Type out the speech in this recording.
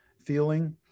feeling